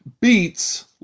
beats